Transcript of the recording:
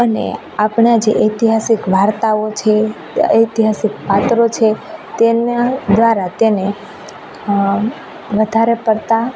અને આપણાં જે ઐતિહાસિક વાર્તાઓ છે ઐતિહાસિક પાત્રો છે તેના દ્વારા તેમને વધારે પડતી